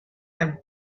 him